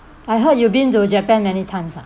I heard you've been to japan many times ah